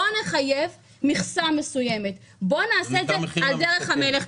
בוא נחייב מכסה מסוימת, בוא נעשה את זה בדרך המלך.